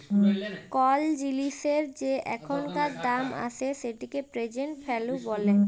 call জিলিসের যে এখানকার দাম আসে সেটিকে প্রেজেন্ট ভ্যালু ব্যলে